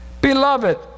Beloved